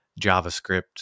JavaScript